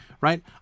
right